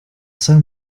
sun